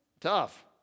Tough